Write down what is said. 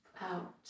Out